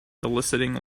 eliciting